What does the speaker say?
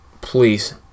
Please